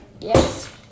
Yes